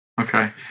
Okay